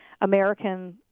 American